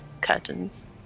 curtains